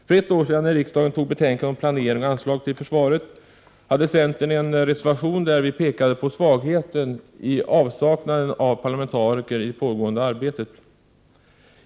För ett år sedan, när riksdagen antog betänkandet om ”planering och anslag” till försvaret, hade centern en reservation där vi pekade på svagheten i avsaknaden av parlamentariker i det pågående arbetet.